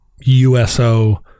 USO